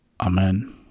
Amen